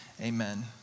Amen